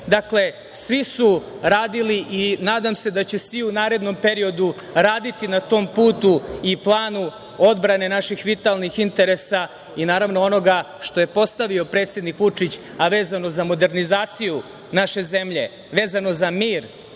svi su radili i nadam se da će svi u narednom periodu raditi na tom putu i planu odbrane naših vitalnih interesa i naravno onoga što je postavio predsednik Vučić, a vezano za modernizaciju naše zemlje, vezano za mir,